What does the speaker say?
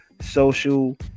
social